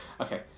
Okay